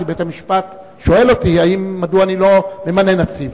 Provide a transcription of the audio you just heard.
כי בית-המשפט שואל אותי מדוע אני לא ממנה נציב.